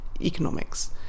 economics